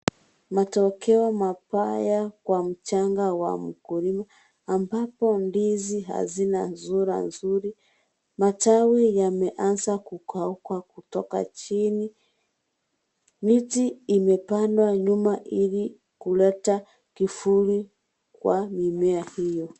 Matokeo mabaya kwa mchanga wa mkulima ambapo ndizi hazina sura nzuri, matawi yameanza kukauka kutoka chini, miti imepandwa nyuma ili kuleta kivuli kwa mimea hiyo.